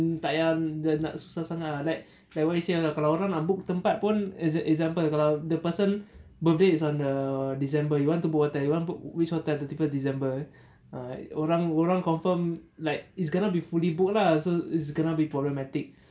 tak payah nak mm susah sangat like what you said kalau orang nak book tempat pun as a as an example kalau the person birthday is on the december you want to book which hotel thirty first december orang orang confirm like it's gonna be fully book lah so it's gonna be problematic